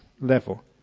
level